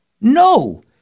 No